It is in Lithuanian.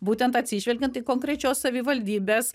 būtent atsižvelgiant į konkrečios savivaldybės